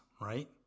right